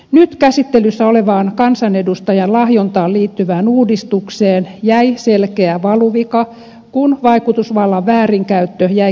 nyt käsittelyssä olevaan kansanedustajan lahjontaan liittyvään uudistukseen jäi selkeä valuvika kun vaikutusvallan väärinkäyttö jäi kriminalisoimatta